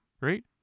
Right